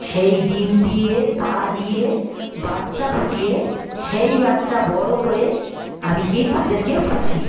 সেই ডিম দিয়ে তা দিয়ে বাচ্চা ফুটিয়ে সেই বাচ্চা বড়ো করে আমি গিয়ে তাদেরকেও পুষি